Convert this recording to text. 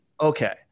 Okay